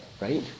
right